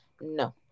No